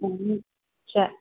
ശ്ശെ